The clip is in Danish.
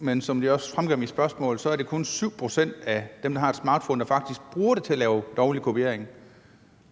Men som det også fremgår af mit spørgsmål, er det kun 7 pct. af dem, der har en smartphone, der faktisk bruger den til at lave lovlig kopiering.